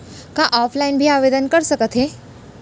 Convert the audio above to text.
का ऑफलाइन भी आवदेन कर सकत हे?